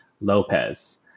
Lopez